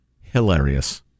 hilarious